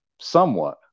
somewhat